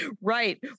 right